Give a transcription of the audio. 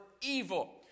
evil